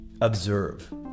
observe